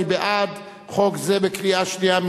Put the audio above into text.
מי בעד חוק זה בקריאה שנייה?